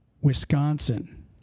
Wisconsin